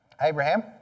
Abraham